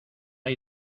hay